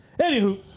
Anywho